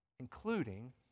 including